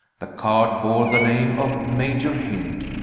the card bore the name of major hynd,